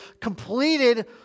completed